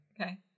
okay